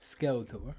Skeletor